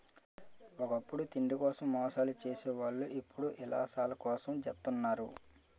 ఒకప్పుడు తిండి కోసం మోసాలు సేసే వాళ్ళు ఇప్పుడు యిలాసాల కోసం జెత్తన్నారు